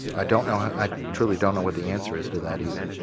i don't know how, i truly don't know what the answer is to that either.